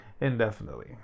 indefinitely